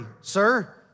sir